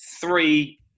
three